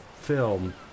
film